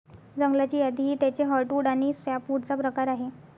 जंगलाची यादी ही त्याचे हर्टवुड आणि सॅपवुडचा प्रकार आहे